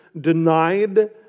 denied